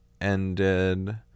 ended